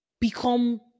become